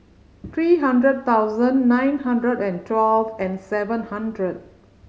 three hundred thousand nine hundred and twelve and seven hundred